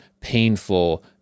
painful